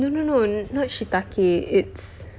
no no no not shiitake it's